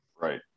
Right